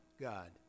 God